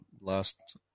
last